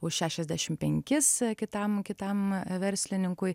už šešiasdešim penkis kitam kitam verslininkui